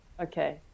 Okay